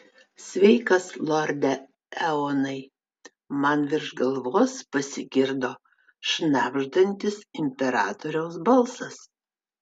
sveikas lorde eonai man virš galvos pasigirdo šnabždantis imperatoriaus balsas